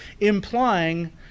implying